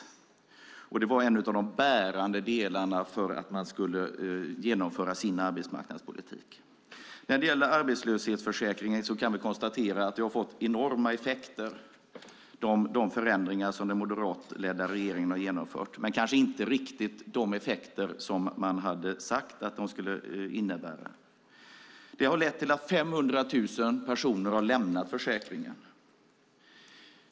De förändringar som den moderatledda regeringen har genomfört i arbetslöshetsförsäkringen har fått enorma effekter - men kanske inte riktigt de effekter man sade att de skulle få. 500 000 personer har lämnat försäkringen.